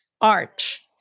arch